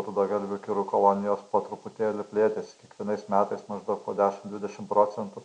rudagalvių kirų kolonijos po truputėlį plėtėsi kiekvienais metais maždaug po dešim dvidešim procentų